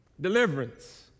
deliverance